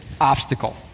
obstacle